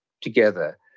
together